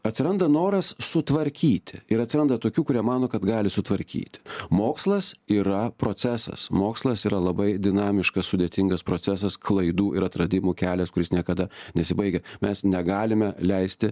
atsiranda noras sutvarkyti ir atsiranda tokių kurie mano kad gali sutvarkyti mokslas yra procesas mokslas yra labai dinamiškas sudėtingas procesas klaidų ir atradimų kelias kuris niekada nesibaigia mes negalime leisti